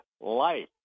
life